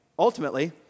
Ultimately